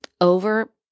over